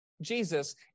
jesus